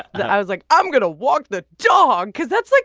i was like, i'm going to walk the dog because that's, like,